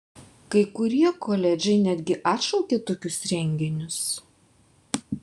kai kurie koledžai netgi atšaukė tokius renginius